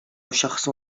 شخص